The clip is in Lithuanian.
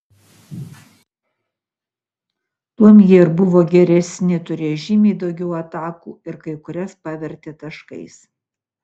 tuom jie ir buvo geresni turėjo žymiai daugiau atakų ir kai kurias pavertė taškais